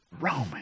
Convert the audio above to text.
Roman